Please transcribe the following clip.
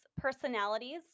personalities